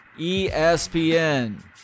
ESPN